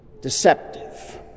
deceptive